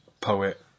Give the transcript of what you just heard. poet